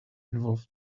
involve